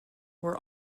were